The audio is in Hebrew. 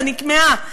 אני כמהה,